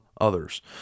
others